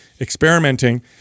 experimenting